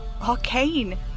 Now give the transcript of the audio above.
arcane